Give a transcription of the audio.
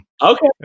okay